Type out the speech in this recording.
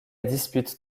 dispute